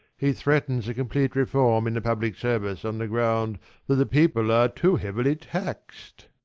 he threatens a complete reform in the public service on the ground that the people are too heavily taxed.